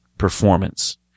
Performance